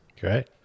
Great